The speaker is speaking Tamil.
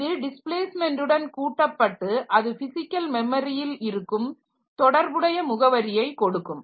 இது டிஸ்பிளேஸ்மெண்ட்டுடன் கூட்டப்பட்டு அது பிசிக்கல் மெமரியில் இருக்கும் தொடர்புடைய முகவரியை கொடுக்கும்